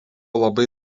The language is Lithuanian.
labai